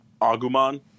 Agumon